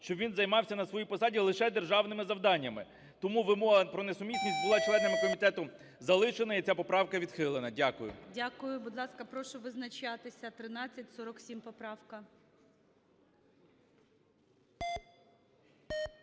щоб він займався на своїй посаді лише державними завданнями. Тому вимога про несумісність була членами комітету залишена, і ця поправка відхилена. Дякую. ГОЛОВУЮЧИЙ. Дякую. Будь ласка, прошу визначатися, 1347 поправка.